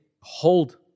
hold